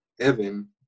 evan